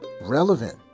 relevant